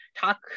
talk